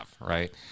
right